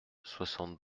soixante